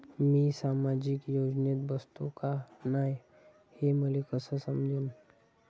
मी सामाजिक योजनेत बसतो का नाय, हे मले कस समजन?